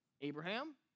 Abraham